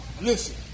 listen